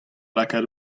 lakaat